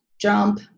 jump